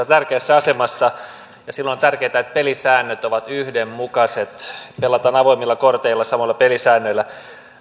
tärkeässä asemassa ja silloin on tärkeätä että pelisäännöt ovat yhdenmukaiset pelataan avoimilla korteilla samoilla pelisäännöillä